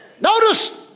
Notice